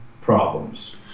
problems